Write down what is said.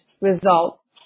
results